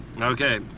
Okay